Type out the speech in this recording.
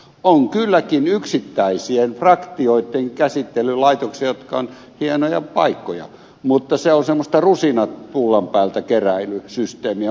on kylläkin yksittäisien fraktioitten käsittelylaitoksia jotka ovat hienoja paikkoja mutta se on semmoista rusinat pullan päältä keräily systeemiä